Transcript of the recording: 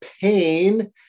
pain